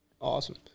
awesome